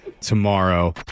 tomorrow